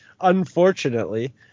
Unfortunately